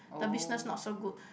the business not so good